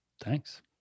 thanks